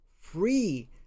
free